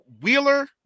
Wheeler